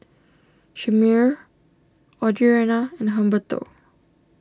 Chimere Audriana and Humberto